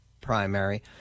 primary